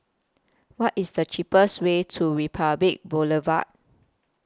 What IS The cheapest Way to Republic Boulevard